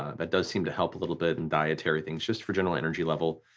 ah but does seem to help a little bit, and dietary things just for general energy level,